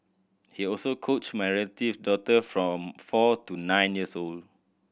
he also coached my relative daughter from four to nine years old